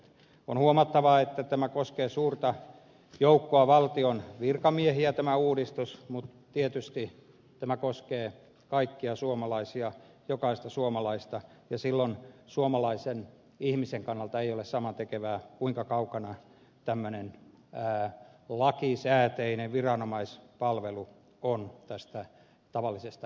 on huomattava että tämä uudistus koskee suurta joukkoa valtion virkamiehiä mutta tietysti tämä koskee kaikkia suomalaisia jokaista suomalaista ja silloin suomalaisen ihmisen kannalta ei ole samantekevää kuinka kaukana tämmöinen lakisääteinen viranomaispalvelu on tästä tavallisesta ihmisestä